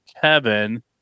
Kevin